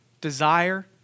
desire